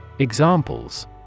Examples